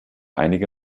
einige